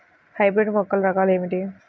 Hybrid మొక్కల రకాలు ఏమిటి?